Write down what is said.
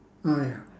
oh ya